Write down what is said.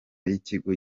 y’ikigo